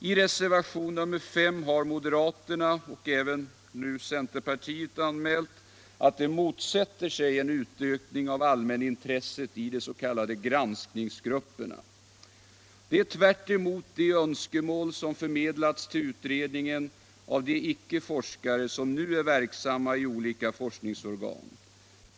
I reservation nr 5 har moderaterna — och nu instämmer även centerpartiet — anmält att de motsätter sig en utökning av allmänintresset i de s.k. granskningsgrupperna. Det är tvärtemot de önskemål som förmedlats till utredningen av de icke-forskare som nu är verksamma i olika forskningsorgan.